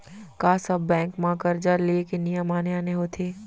का सब बैंक म करजा ले के नियम आने आने होथे?